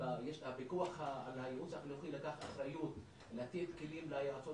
הפיקוח על הייעוץ החינוכי לקח אחריות לתת כלים ליועצות